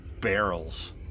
barrels